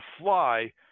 fly